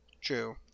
True